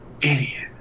idiot